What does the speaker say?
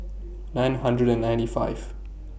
nine hundred and ninety five